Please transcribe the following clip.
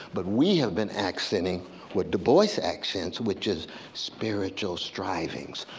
but we have been accenting what du bois accents, which is spiritual strivings.